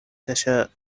تشاء